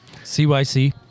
CYC